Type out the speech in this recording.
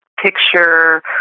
Picture